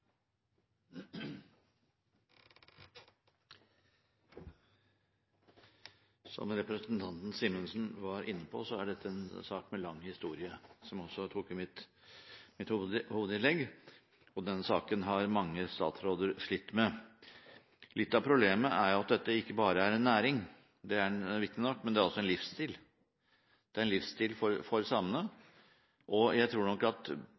Som representanten Simensen var inne på, er dette en sak med en lang historie, noe jeg også tok opp i mitt hovedinnlegg. Denne saken har mange statsråder slitt med. Litt av problemet er at dette ikke bare er en næring – det er viktig nok – men det er også en livsstil. Det er en livsstil for samene, og jeg tror nok problemet her ligger veldig mye i at